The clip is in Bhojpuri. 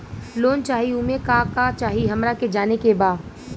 लोन चाही उमे का का चाही हमरा के जाने के बा?